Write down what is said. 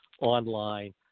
online